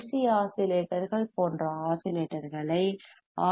C ஆஸிலேட்டர்கள் போன்ற ஆஸிலேட்டர்களை ஆர்